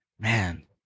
Man